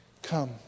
Come